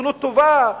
בשכנות טובה,